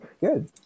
good